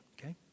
okay